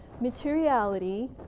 materiality